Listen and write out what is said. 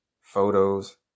photos